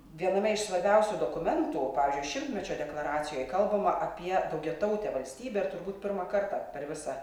viename iš svarbiausių dokumentų pavyzdžiui šimtmečio deklaracijoj kalbama apie daugiatautę valstybę ir turbūt pirmą kartą per visą